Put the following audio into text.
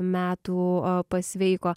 metų pasveiko